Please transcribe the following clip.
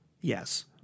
Yes